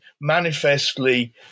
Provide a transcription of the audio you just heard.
manifestly